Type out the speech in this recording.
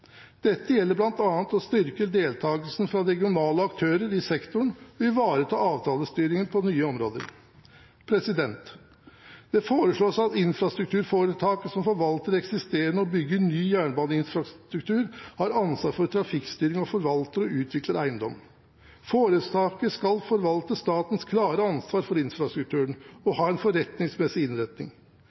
Dette gjelder bl.a. å styrke deltagelsen fra regionale aktører i sektoren og ivareta avtalestyring på nye områder. Det foreslås at infrastrukturforetaket som skal forvalte eksisterende og bygge ny jernbaneinfrastruktur, skal ha ansvar for trafikkstyring og forvalte og utvikle eiendom. Foretaket skal forvalte statens klare ansvar for infrastrukturen og ha en forretningsmessig innretning.